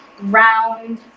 round